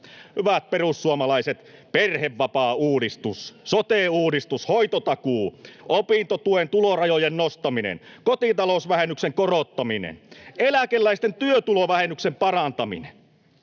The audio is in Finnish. Hyvät perussuomalaiset: perhevapaauudistus, sote-uudistus, hoitotakuu, opintotuen tulorajojen nostaminen, kotitalousvähennyksen korottaminen, eläkeläisten työtulovähennyksen parantaminen